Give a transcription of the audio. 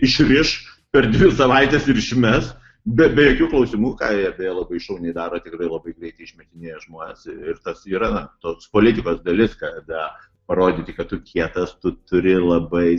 išriš per dvi savaites ir išmes be be jokių klausimų ką jie beje labai šauniai daro tikrai labai greit išmetinėja žmones ir tas yra na toks politikos dalis kad rodyti kad tu kietas tu turi labai